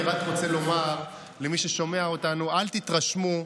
אני רק רוצה לומר למי ששומע אותנו: אל תתרשמו,